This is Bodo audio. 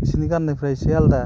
बिसिनि गाननायफोरा एसे आलदा